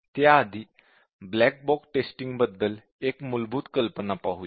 त्याआधी white box टेस्टिंगबद्दल एक मूलभूत कल्पना पाहूया